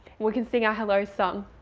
we can sing our hello song.